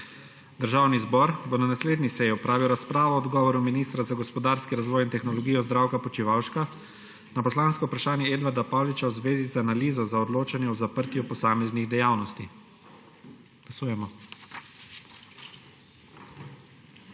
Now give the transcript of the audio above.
Državni zbor bo na naslednji seji opravil razpravo o odgovoru ministra za gospodarski razvoj in tehnologijo Zdravka Počivalška na poslansko vprašanje Edvarda Pauliča v zvezi z analizo za odločanje o zaprtju posameznih dejavnosti.